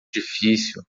difícil